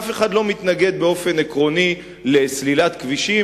אף אחד לא מתנגד באופן עקרוני לסלילת כבישים